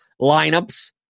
lineups